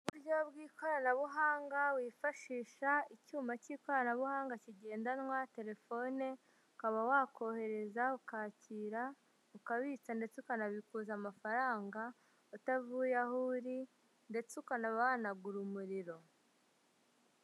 Uburyo bw'ikoranabuhanga wifashisha icyuma cy'ikoranabuhanga kigendanwa telefone, ukaba wakohereza, ukakira, ukabitsa ndetse ukanabikuza amafaranga utavuye aho uri ndetse ukanaba wanagura umuriro.